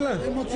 קשה